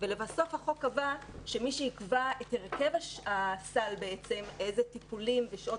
לבסוף החוק קבע שמי שיקבע את הרכב הסל איזה טיפולים ושעות